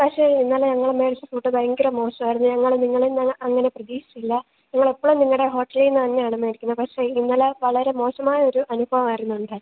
പക്ഷെ ഇന്നലെ ഞങ്ങൾ മേടിച്ച ഫുഡ്ഡ് ഭയങ്കരം മോശമായിരുന്നു ഞങ്ങൾ നിങ്ങളിൽ നിന്നങ്ങനെ അങ്ങനെ പ്രതീക്ഷിച്ചില്ല ഞങ്ങളെപ്പോഴും നിങ്ങളുടെ ഹോട്ടലിൽനിന്ന് തന്നെയാണ് മേടിക്കുന്നത് പക്ഷേ ഇന്നലെ വളരെ മോശമായ ഒരു അനുഭവമായിരുന്നു ഉണ്ടായിട്ട്